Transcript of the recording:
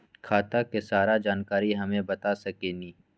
खाता के सारा जानकारी हमे बता सकेनी?